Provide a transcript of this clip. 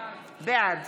בעד